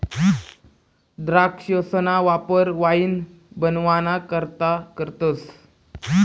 द्राक्षसना वापर वाईन बनवाना करता करतस